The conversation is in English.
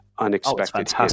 unexpected